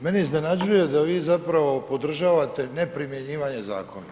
Mene iznenađuje da vi zapravo podržavate neprimjenjivanje zakona.